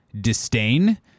disdain